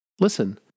Listen